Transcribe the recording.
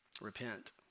Repent